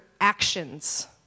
actions